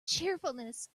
cheerfulness